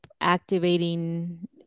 activating